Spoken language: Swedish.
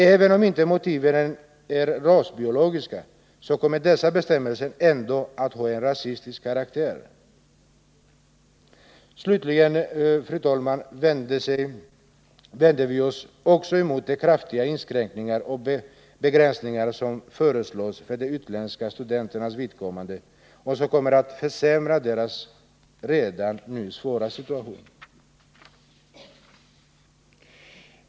Även om inte motiven är rasbiologiska, kommer dessa bestämmelser ändå att ha en rasistisk karaktär. Slutligen, fru talman, vänder vi oss också mot de kraftiga inskränkningar och begränsningar som föreslås för de utländska studerandenas vidkommande och som kommer att försämra deras redan nu svåra situation.